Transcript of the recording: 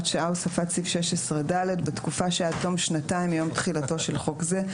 הוספת סעיף 16ד בתקופה שעד תום שנתיים מיום תחילתו של חוק זה,